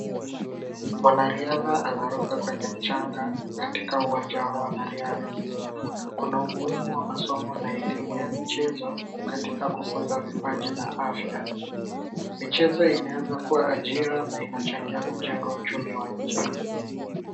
Mwanariadha anaruka kwenye mchanga katika uwanja wa wanariadha. Kuna umuhimu wa masomo na elimu ya michezo katika kukuza vipaji na afya. Michezo inaweza kuwa ajira na inachangia kujenga uchumi wa nchi.